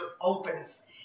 opens